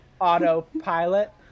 autopilot